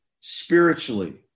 spiritually